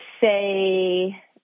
say